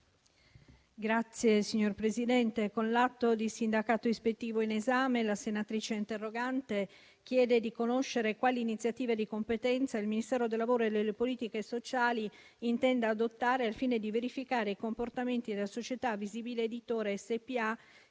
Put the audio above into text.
sociali*. Signor Presidente, con l'atto di sindacato ispettivo in esame, la senatrice interrogante chiede di conoscere quali iniziative di competenza il Ministero del lavoro e delle politiche sociali intenda adottare al fine di verificare i comportamenti della società Visibilia Editore SpA